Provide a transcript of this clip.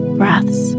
breaths